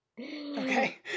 Okay